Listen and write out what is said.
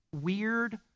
weird